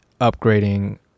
upgrading